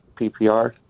PPR